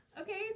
Okay